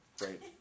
great